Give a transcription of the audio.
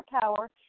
power